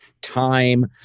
time